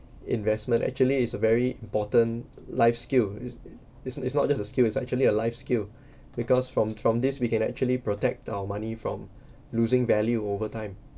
investment actually is a very important life skill is is not just a skill is actually a life skill because from from this we can actually protect our money from losing value over time